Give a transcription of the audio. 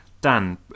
Dan